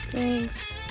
Thanks